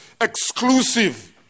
exclusive